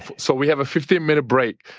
so we have a fifteen minute break,